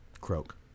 croak